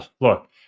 look